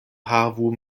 havu